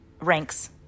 ranks